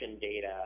data